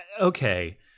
Okay